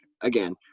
again